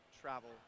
travel